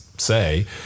say